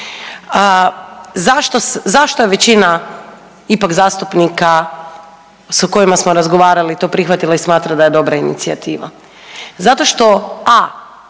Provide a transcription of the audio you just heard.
Zašto je većina ipak zastupnika sa kojima smo razgovarali to prihvatila i smatra da je dobra inicijativa? Zato što a)